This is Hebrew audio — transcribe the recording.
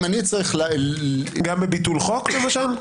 גם בביטול חוק למשל?